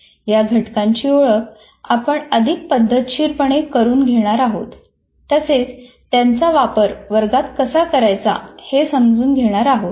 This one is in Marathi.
या घटकांची ओळख आपण अधिक पद्धतशीरपणे करून घेणार आहोत तसेच त्यांचा वापर वर्गात कसा करायचा हे समजून घेणार आहोत